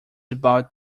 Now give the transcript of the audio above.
about